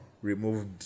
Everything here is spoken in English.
Removed